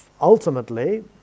ultimately